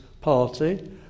party